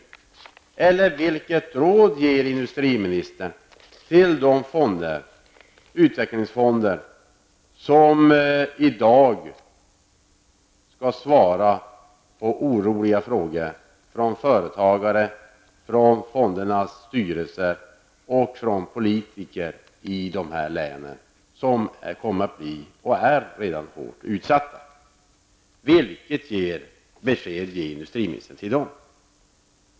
Vilket råd ger industriministern till de utvecklingsfonder som i dag skall svara på oroliga frågor från företagare, fondernas styrelser och politiker i de län som redan är och kommer att bli hårt utsatta? Vilket besked ger industriministern till dem?